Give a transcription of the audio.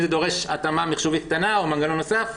זה דורש התאמה מחשובית קטנה או מנגנון נוסף.